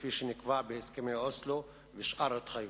כפי שנקבע בהסכמי אוסלו ושאר התחייבויות.